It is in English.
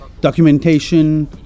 documentation